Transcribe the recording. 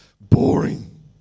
Boring